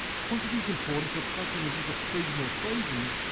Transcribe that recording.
quantities important for plugging into the friedman equations,